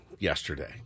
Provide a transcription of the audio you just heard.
Yesterday